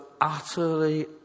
utterly